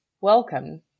Welcome